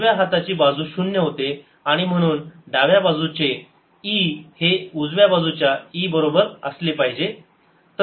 उजव्या हाताची बाजू शून्य होते आणि म्हणून डाव्या बाजूचे e हे उजव्या बाजूच्या e बरोबर असले पाहिजे